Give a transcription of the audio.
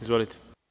Izvolite.